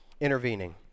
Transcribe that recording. intervening